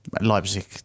Leipzig